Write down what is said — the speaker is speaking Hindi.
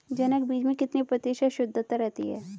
जनक बीज में कितने प्रतिशत शुद्धता रहती है?